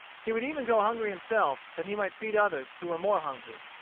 he would even go hungry himself that he might feed others who were more hungry.